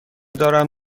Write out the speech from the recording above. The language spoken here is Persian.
دارم